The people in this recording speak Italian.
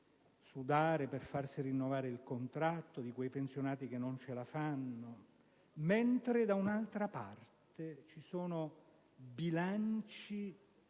sudare per farsi rinnovare il contratto, di quei pensionati che non ce la fanno a vivere; mentre da un'altra parte ci sono i bilanci